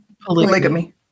Polygamy